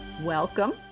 Welcome